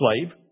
slave